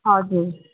हजुर